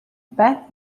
beth